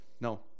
No